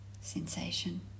sensation